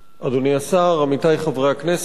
אדוני השר, עמיתי חברי הכנסת,